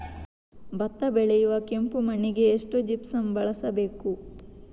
ಭತ್ತ ಬೆಳೆಯುವ ಕೆಂಪು ಮಣ್ಣಿಗೆ ಎಷ್ಟು ಜಿಪ್ಸಮ್ ಬಳಸಬೇಕು?